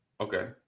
Okay